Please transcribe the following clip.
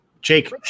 Jake